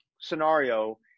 scenario